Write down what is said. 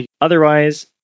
Otherwise